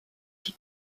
die